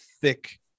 thick